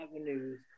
avenues